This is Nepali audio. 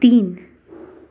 तिन